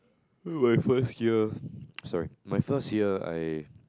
my first year sorry my first year I